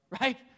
Right